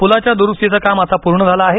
पुलाच्या दुरूस्तीचं काम आता पूर्ण झालं आहे